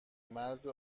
مرز